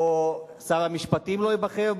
או שר המשפטים לא ייבחר,